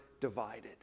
divided